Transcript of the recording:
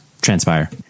transpire